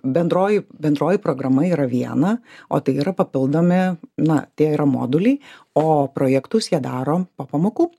bendroji bendroji programa yra viena o tai yra papildomi na tie yra moduliai o projektus jie daro po pamokų